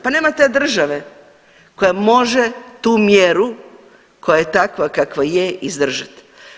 Pa nema te države koja može tu mjeru koja je takva kakva je izdržati.